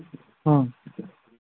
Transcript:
ꯎꯝ